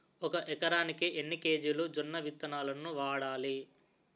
ఒక ఎకరానికి ఎన్ని కేజీలు జొన్నవిత్తనాలు వాడాలి?